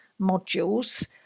modules